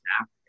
Africa